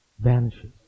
vanishes